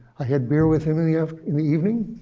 i had beer with him in the ah in the evening,